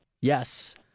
yes